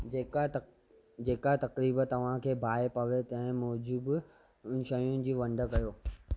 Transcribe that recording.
जेका त जेका तकरीब तव्हां खे बाहिं पवे तंहिं मुजिब शयुनि जी वंड कयो